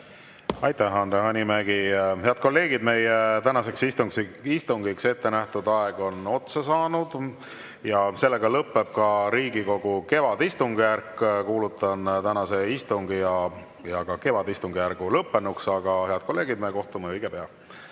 Aitäh, Andre Hanimägi! Head kolleegid, meie tänaseks istungiks ette nähtud aeg on otsa saanud. Ja lõpeb ka Riigikogu kevadistungjärk. Kuulutan tänase istungi ja ka kevadistungjärgu lõppenuks. Aga, head kolleegid, me kohtume õige pea.